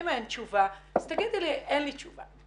אם אין תשובה תאמרי לי שאין לך תשובה.